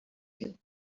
you